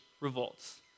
revolts